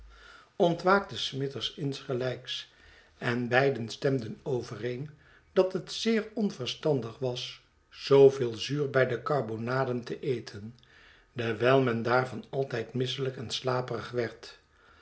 ontwaakte smithers insgelijks en beiden stemden overeen dat het zeer onverstandig was zooveel zuur bij de karbonaden te eten dewijl men daarvan altijd misselijk en slaperig werd